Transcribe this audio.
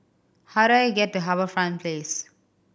how do I get to HarbourFront Place